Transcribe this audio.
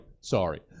sorry